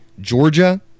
Georgia